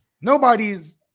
Nobody's